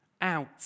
out